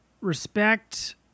respect